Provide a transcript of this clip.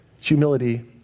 humility